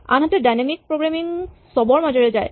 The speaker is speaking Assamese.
আনহাতে ডাইনেমিক প্ৰগ্ৰেমিং চবৰে মাজেৰে যাব